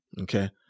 Okay